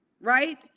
right